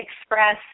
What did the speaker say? express